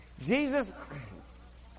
Jesus